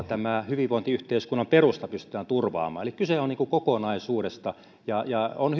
tämä hyvinvointiyhteiskunnan perusta pystytään turvaamaan kyse on kokonaisuudesta on